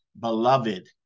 Beloved